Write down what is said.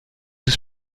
des